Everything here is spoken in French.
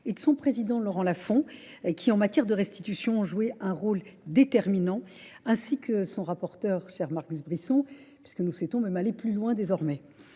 et de son président Laurent Lafont, qui en matière de restitution ont joué un rôle déterminant, ainsi que son rapporteur cher Marcus Brisson, puisque nous souhaitons même aller plus loin désormais.